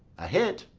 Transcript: a hit,